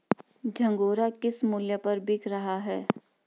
झंगोरा किस मूल्य पर बिक रहा है?